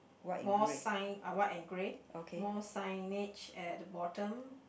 more sign are white and grey more signage at the bottom